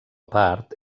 part